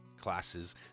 classes